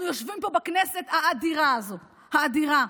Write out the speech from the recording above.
אנחנו יושבים פה בכנסת האדירה הזו, האדירה,